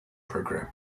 program